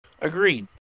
Agreed